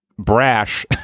brash